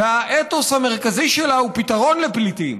והאתוס המרכזי שלה הוא פתרון לפליטים,